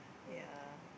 ya